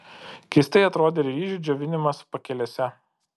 keistai atrodė ir ryžių džiovinimas pakelėse